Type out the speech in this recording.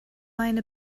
eine